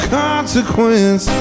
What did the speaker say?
consequence